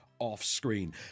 offscreen